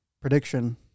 prediction